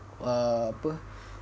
apa